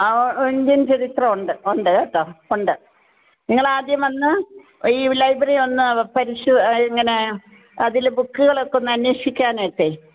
ആ ഇന്ഡ്യന് ചരിത്രം ഉണ്ട് ഉണ്ട് കേട്ടോ ഉണ്ട് നിങ്ങളാദ്യം വന്ന് ഈ ലൈബ്രറി ഒന്ന് ഇങ്ങനെ അതിൽ ബുക്കുകളൊക്കെ ഒന്ന് അന്വേഷിക്കാൻ ആയിട്ടേ